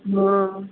ಹ್ಞೂ